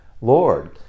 Lord